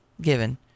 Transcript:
given